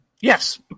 Yes